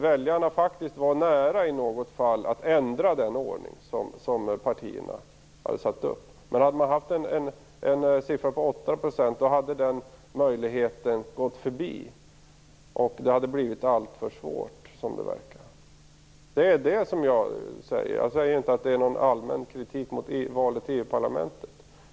Väljarna hade då i något fall varit nära att ändra den ordning som partierna hade satt upp. Med en gräns på 8 % hade den möjligheten gått väljarna förbi. Det hade blivit alltför svårt. Det är det jag säger. Det är ingen allmän kritik mot valet till EU-parlamentet.